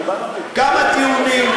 כמה טיעונים,